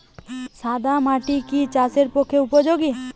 সাদা মাটি কি চাষের পক্ষে উপযোগী?